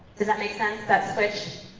does that make sense? that switch?